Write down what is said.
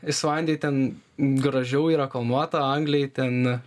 islandijoj ten gražiau yra kalnuota anglijoj ten